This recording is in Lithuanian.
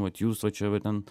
vat jūs va čia va ten